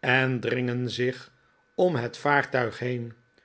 en dringen zich om het vaartuig heen